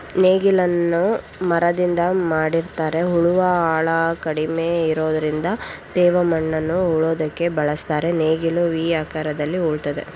ನೇಗಿಲನ್ನು ಮರದಿಂದ ಮಾಡಿರ್ತರೆ ಉಳುವ ಆಳ ಕಡಿಮೆ ಇರೋದ್ರಿಂದ ತೇವ ಮಣ್ಣನ್ನು ಉಳೋದಕ್ಕೆ ಬಳುಸ್ತರೆ ನೇಗಿಲು ವಿ ಆಕಾರದಲ್ಲಿ ಉಳ್ತದೆ